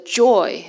joy